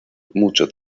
mucho